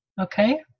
Okay